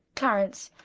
clarence,